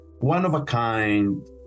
one-of-a-kind